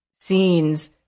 scenes